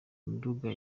nduga